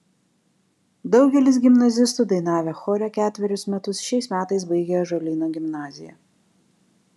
daugelis gimnazistų dainavę chore ketverius metus šiais metais baigia ąžuolyno gimnaziją